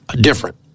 different